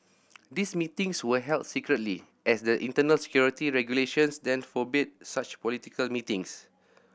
these meetings were held secretly as the internal security regulations then forbade such political meetings